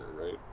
right